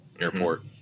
airport